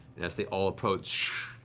as they all approach,